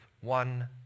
one